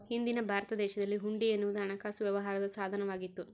ಹಿಂದಿನ ಭಾರತ ದೇಶದಲ್ಲಿ ಹುಂಡಿ ಎನ್ನುವುದು ಹಣಕಾಸು ವ್ಯವಹಾರದ ಸಾಧನ ವಾಗಿತ್ತು